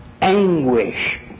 anguish